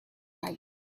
right